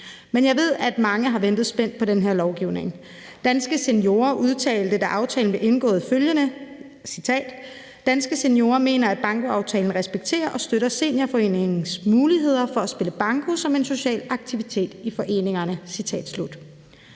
Jeg ved, at mange har ventet spændt på den her lovgivning. Danske Seniorer udtalte, da aftalen blev indgået, følgende: Danske Seniorer mener, at bankoaftalen respekterer og støtter seniorforeningernes muligheder for at spille banko som en social aktivitet i foreningerne. Banko